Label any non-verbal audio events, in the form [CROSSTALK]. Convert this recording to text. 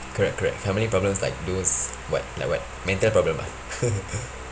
correct correct how many problems like those what like what mental problem ah [LAUGHS]